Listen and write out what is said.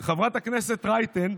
רק היום היה דיון,